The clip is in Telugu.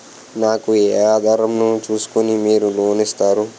నాకు ఏ ఆధారం ను చూస్కుని మీరు లోన్ ఇస్తారు?